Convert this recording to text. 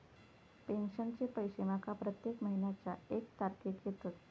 पेंशनचे पैशे माका प्रत्येक महिन्याच्या एक तारखेक येतत